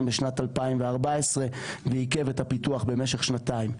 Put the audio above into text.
בשנת 2014 ועיכב את הפיתוח במשך שנתיים.